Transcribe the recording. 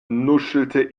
nuschelte